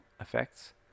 effects